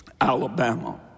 Alabama